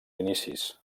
inicis